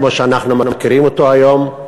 כמו שאנחנו מכירים אותו היום.